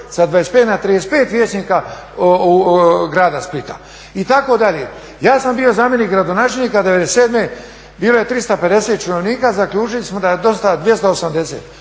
sa 25 na 35 vijećnika grada Splita itd. Ja sam bio zamjenik gradonačelnika '97.bilo je 350 činovnika, zaključili smo da je dosta 280.